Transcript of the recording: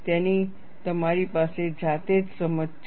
તેની તમારી પાસે જાતે જ સમજ છે